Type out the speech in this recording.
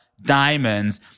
Diamonds